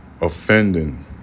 offending